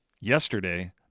yesterday